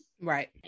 right